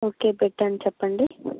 okay పెట్టాను చెప్పండి